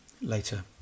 later